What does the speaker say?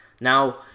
Now